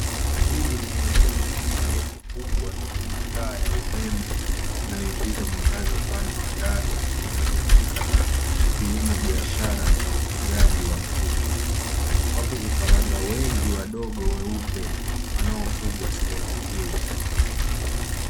Hii ni eneo ama jengo kubwa lenye mataa ya umeme yanayoingiza mwangaza upande wa ndani linalohusika na kilimo ya biashara ya ufugaji wa kuku. Wako vifaranga wengi wadogo weupe wanaofugwa sehemu hii.